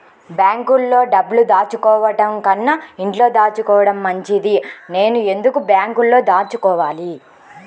బ్యాంక్లో డబ్బులు దాచుకోవటంకన్నా ఇంట్లో దాచుకోవటం మంచిది నేను ఎందుకు బ్యాంక్లో దాచుకోవాలి?